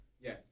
Yes